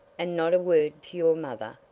and not a word to your mother?